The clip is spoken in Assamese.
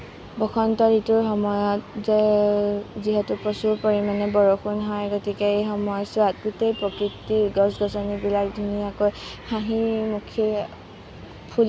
বসন্ত ঋতুৰ সময়ত যে যিহেতু প্ৰচুৰ পৰিমাণে বৰষুণ হয় গতিকে এই সময়ছোৱাত গোটেই প্ৰকৃতিৰ গছ গছনিবিলাক ধুনীয়াকৈ হাঁহিমুখে